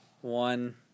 One